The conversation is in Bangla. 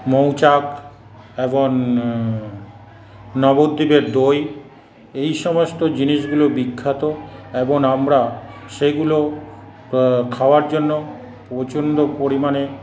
মৌচাক এবং নবদ্বীপের দই এইসমস্ত জিনিসগুলো বিখ্যাত এবং আমরা সেইগুলো খাওয়ার জন্য প্রচণ্ড পরিমাণে